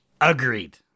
Agreed